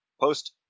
post